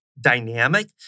dynamic